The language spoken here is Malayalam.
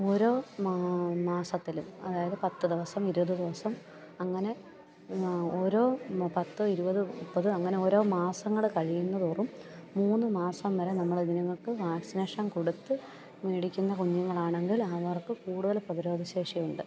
ഓരോ മാസത്തിലും അതായത് പത്ത് ദിവസം ഇരുപത് ദിവസം അങ്ങനെ ഓരോ പത്ത് ഇരുപത് മുപ്പത് അങ്ങനെ ഓരോ മാസങ്ങൾ കഴിയുന്ന തോറും മൂന്നുമാസം വരെ നമ്മൾ ഇത്ങ്ങൾക്ക് വാക്സിനേഷൻ കൊടുത്ത് മേടിക്കുന്ന കുഞ്ഞുങ്ങളാണെങ്കിൽ അവർക്ക് കൂടുതൽ പ്രതിരോധശേഷിയുണ്ട്